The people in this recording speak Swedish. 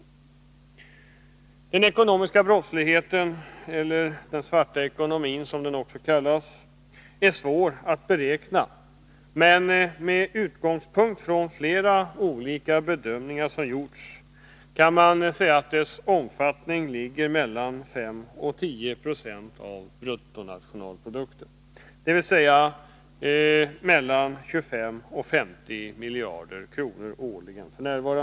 Omfattningen av den ekonomiska brottsligheten — eller den svarta ekonomin som den också kallas — är svår att beräkna, men med utgångspunkt iflera olika bedömningar som gjorts kan man säga att den ligger mellan 5 och 10 20 av bruttonationalprodukten, dvs. mellan 25 och 50 miljarder kronor årligen.